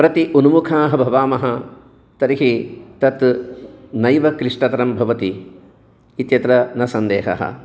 प्रति उन्मुखाः भवामः तर्हि तत् नैव क्लिष्टतरं भवति इत्यत्र न सन्देहः